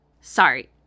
Sorry